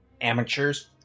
amateurs